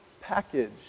package